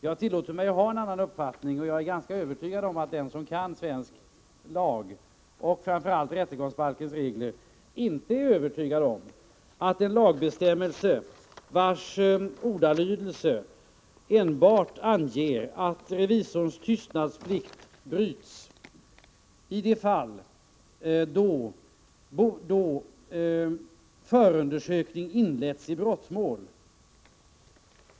Jag tillåter mig att ha en annan uppfattning, och jag är ganska säker på att den som kan svensk lag, framför allt rättegångsbalkens regler, inte är övertygad om nyttan av en lagbestämmelse vars ordalydelse enbart anger att revisorns tystnadsplikt bryts i de fall där förundersökningen inletts i brottmål.